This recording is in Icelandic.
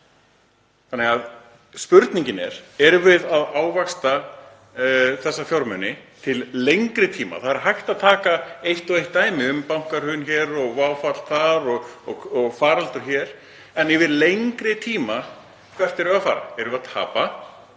Þannig að spurningin er: Erum við að ávaxta þessa fjármuni til lengri tíma? Það er hægt að taka eitt og eitt dæmi um bankahrun hér og WOW-fall þar og faraldur en yfir lengri tíma, hvert erum við að fara? Erum við að tapa